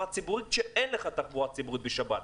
ציבורית כשאין לך תחבורה ציבורית בשבת,